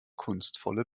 kunstvolle